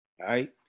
Right